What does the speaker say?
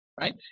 right